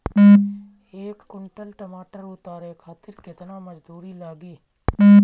एक कुंटल टमाटर उतारे खातिर केतना मजदूरी लागी?